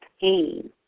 pain